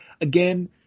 Again